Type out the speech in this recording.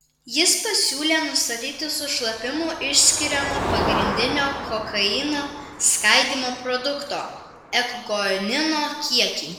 jis pasiūlė nustatyti su šlapimu išskiriamo pagrindinio kokaino skaidymo produkto ekgonino kiekį